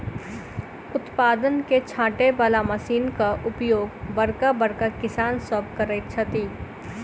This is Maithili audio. उत्पाद के छाँटय बला मशीनक उपयोग बड़का बड़का किसान सभ करैत छथि